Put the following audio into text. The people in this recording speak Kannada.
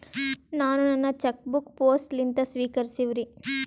ನಾನು ನನ್ನ ಚೆಕ್ ಬುಕ್ ಪೋಸ್ಟ್ ಲಿಂದ ಸ್ವೀಕರಿಸಿವ್ರಿ